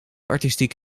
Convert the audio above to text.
artistiek